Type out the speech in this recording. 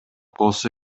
болсо